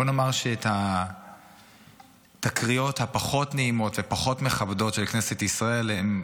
בוא נאמר שהתקריות הפחות-נעימות ופחות מכבדות של כנסת ישראל לא